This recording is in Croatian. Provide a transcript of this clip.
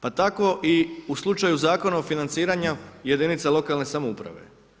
Pa tako i u slučaju Zakona o financiranju jedinice lokalne samouprave.